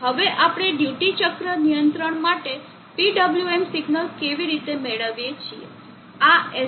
હવે આપણે ડ્યુટી ચક્ર નિયંત્રણ માટે PWM સિગ્નલ કેવી રીતે મેળવીએ છીએ આ SR લેચ છે